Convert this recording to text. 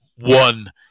one